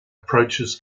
approaches